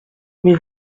mais